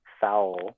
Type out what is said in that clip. foul